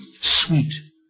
sweet